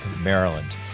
Maryland